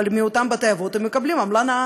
אבל מאותם בתי-אבות הם מקבלים עמלה נאה.